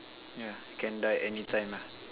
yeah can die anytime ah